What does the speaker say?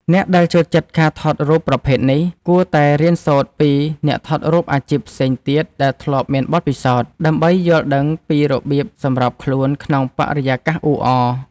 អ្នកដែលចូលចិត្តការថតរូបប្រភេទនេះ គួរតែរៀនសូត្រពី អ្នកថតរូបអាជីពផ្សេងទៀតដែលធ្លាប់មានបទពិសោធន៍ ដើម្បីយល់ដឹងពីរបៀបសម្របខ្លួនក្នុងបរិយាកាសអ៊ូអរ។